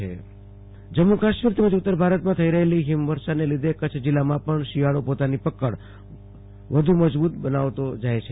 આશ્તોષ અંતાણી કચ્છ હવામાન જમ્મ્ કાશ્મીર તેમજ ઉતર ભારતમાં થઈ રહેલી હિમવર્ષાને લીધે કચ્છ જિલ્લામાં પણ શિયાળો પોતાની પકડ વધુ મજબુત બનાવતો જાય છે